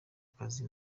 kazi